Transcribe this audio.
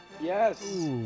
Yes